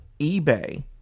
eBay